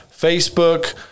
Facebook